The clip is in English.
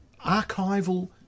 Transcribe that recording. archival